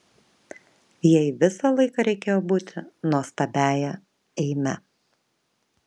jai visą laiką reikėjo būti nuostabiąja eime